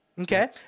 Okay